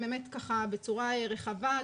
בצורה רחבה,